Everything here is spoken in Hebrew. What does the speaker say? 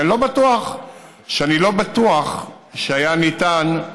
שאני לא בטוח שהיה ניתן,